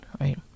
right